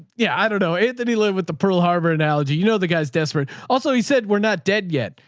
yeah. i dunno. anthony lived with the pearl harbor analogy. you know, the guy's desperate also. he said, we're not dead yet.